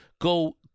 go